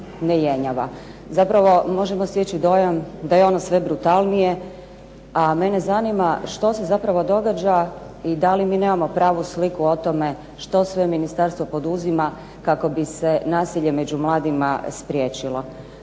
ne jenjava. Zapravo možemo steći dojam da je ono sve brutalnije, a mene zanima što se zapravo događa i da li mi nemamo pravu sliku o tome što sve ministarstvo poduzima kako bi se nasilje među mladima spriječilo.